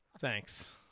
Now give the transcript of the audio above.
Thanks